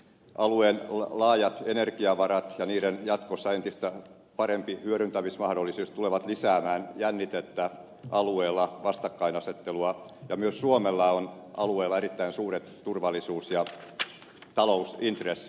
alueen laajat energiavarat ja niiden jatkossa entistä parempi hyödyntämismahdollisuus tulevat lisäämään jännitettä alueella vastakkainasettelua ja myös suomella on alueella erittäin suuret turvallisuus ja talousintressit